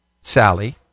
sally